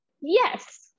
yes